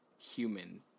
Human